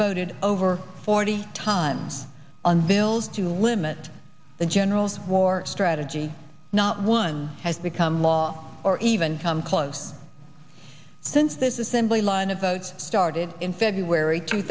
voted over forty times on bills to limit the general's war strategy not one has become law or even come close since this is simply line of votes started in february two